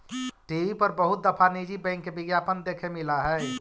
TV पर बहुत दफा निजी बैंक के विज्ञापन देखे मिला हई